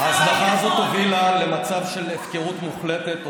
ההזנחה הזו הובילה למצב של הפקרות מוחלטת,